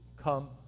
come